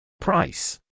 Price